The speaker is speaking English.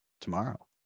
tomorrow